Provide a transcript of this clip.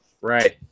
Right